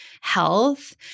health